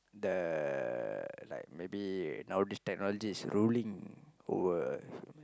the like maybe now these technology is ruling our world